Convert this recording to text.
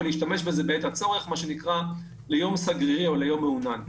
להשתמש בזה בעת הצורך ביום סגריר או ביום מעונן.